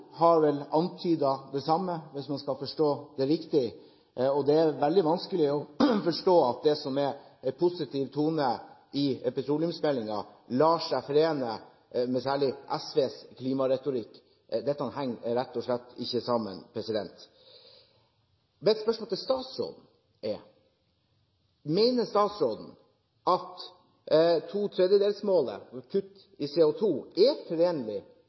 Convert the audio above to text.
har vel antydet det samme, hvis man skal forstå det riktig, og det er veldig vanskelig å forstå at det som er en positiv tone i petroleumsmeldingen, lar seg forene med særlig SVs klimaretorikk. Dette henger rett og slett ikke sammen. Mitt spørsmål er: Mener statsråden at to tredjedels-målet om kutt i CO2 er